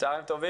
צוהריים טובים.